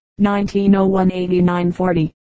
1901-8940